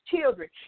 children